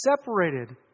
separated